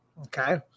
Okay